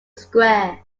square